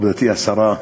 גברתי השרה,